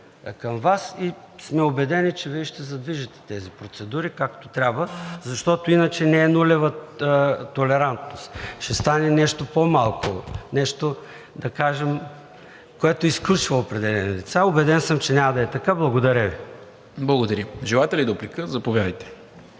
към Вас и сме убедени, че Вие ще задвижите тези процедури както трябва, защото иначе не е нулева толерантност, а ще стане нещо по-малко, нещо, да кажем, което изключва определени лица. Убеден съм, че няма да е така. Благодаря Ви. ПРЕДСЕДАТЕЛ НИКОЛА МИНЧЕВ: Благодаря. Желаете ли дуплика? Заповядайте.